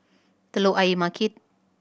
Telok Ayer Market